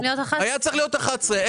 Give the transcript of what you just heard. היה צריך להיות 11 בעד.